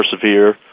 persevere